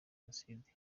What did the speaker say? jenoside